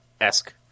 esque